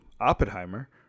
Oppenheimer